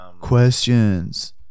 Questions